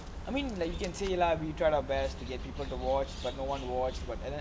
I mean like you can say lah we try our best to get people to watch but no one watched but and then